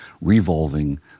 revolving